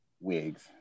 wigs